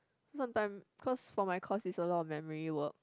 sometimes cause for my course is a lot of memory work